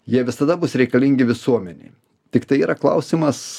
jie visada bus reikalingi visuomenei tiktai yra klausimas